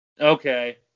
Okay